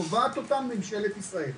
קובעת אותם ממשלת ישראל.